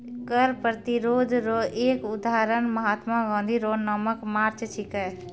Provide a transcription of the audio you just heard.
कर प्रतिरोध रो एक उदहारण महात्मा गाँधी रो नामक मार्च छिकै